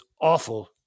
awful